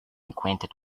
acquainted